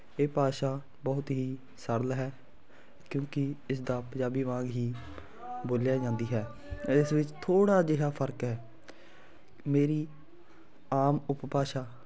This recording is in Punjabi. ਇਹ ਭਾਸ਼ਾ ਬਹੁਤ ਹੀ ਸਰਲ ਹੈ ਕਿਉਂਕਿ ਇਸ ਦਾ ਪੰਜਾਬੀ ਵਾਂਗ ਹੀ ਬੋਲਿਆ ਜਾਂਦੀ ਹੈ ਇਸ ਵਿੱਚ ਥੋੜ੍ਹਾ ਜਿਹਾ ਫਰਕ ਹੈ ਮੇਰੀ ਆਮ ਉਪਭਾਸ਼ਾ